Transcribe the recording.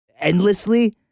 endlessly